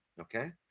okay